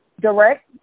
direct